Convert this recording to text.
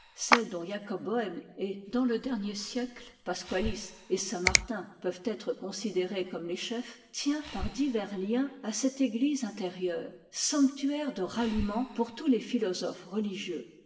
celle dont jacob bœhme et dans le dernier siècle pasqualis et saint-martin peuvent être considérés comme les chefs tient par divers liens à cette église intérieure sanctuaire de ralliement pour tous les philosophes religieux